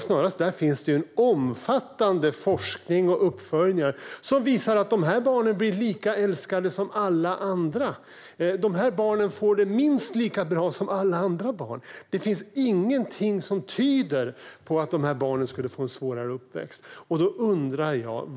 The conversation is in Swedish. Det finns omfattande forskning och uppföljningar som visar att dessa barn blir lika älskade som alla andra. Dessa barn får det minst lika bra som alla andra barn. Det finns ingenting som tyder på att dessa barn skulle få en svårare uppväxt.